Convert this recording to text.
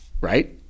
right